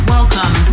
Welcome